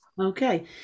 Okay